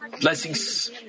blessings